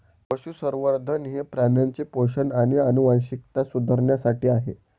पशुसंवर्धन हे प्राण्यांचे पोषण आणि आनुवंशिकता सुधारण्यासाठी आहे